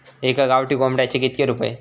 एका गावठी कोंबड्याचे कितके रुपये?